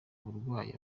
uburwayi